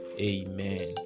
Amen